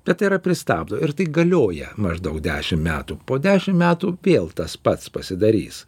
bet tai yra pristabdo ir tai galioja maždaug dešim metų po dešim metų vėl tas pats pasidarys